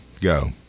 go